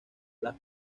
los